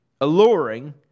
alluring